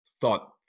thought